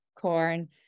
corn